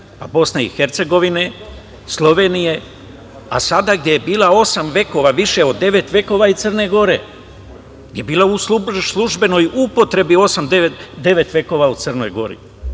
pa Bosne i Hercegovine, Slovenije, a sada, gde je bila osam vekova, više od devet vekova, i Crne Gore. Bila je u službenoj upotrebi osam, devet vekova u Crnoj Gori.